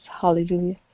Hallelujah